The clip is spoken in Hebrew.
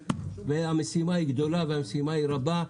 המשימה היא גדולה והמשימה היא רבה,